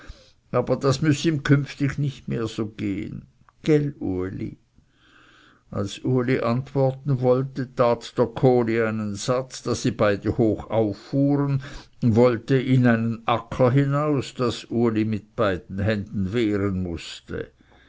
aber das müß ihm künftig nicht mehr so gehen gäll uli als uli antworten wollte tat der kohli einen satz daß sie beide hoch auffuhren wollte in einen acker hinaus daß uli mit beiden händen wehren mußte